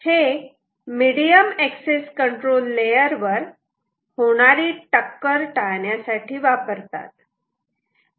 हे medium access control layer वर होणारी टक्कर टाळण्यासाठी वापरतात